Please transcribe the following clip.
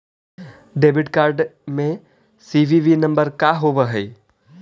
Debit card में CVV number का होव हइ?